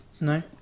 No